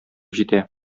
җитә